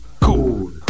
Cool